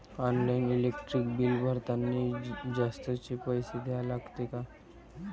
Online electric bill भरतानी जास्तचे पैसे द्या लागते का?